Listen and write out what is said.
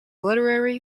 literary